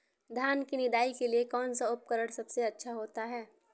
धान की निदाई के लिए कौन सा उपकरण सबसे अच्छा होता है?